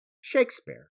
Shakespeare